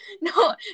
no